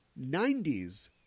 90s